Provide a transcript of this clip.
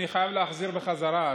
אני חייב להחזיר בחזרה,